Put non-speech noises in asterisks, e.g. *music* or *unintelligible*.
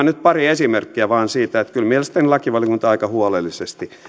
*unintelligible* nyt pari esimerkkiä vain siitä että kyllä mielestäni lakivaliokunta aika huolellisesti